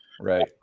Right